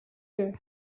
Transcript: there